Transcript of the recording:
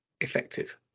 effective